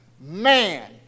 man